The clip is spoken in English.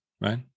Right